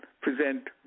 present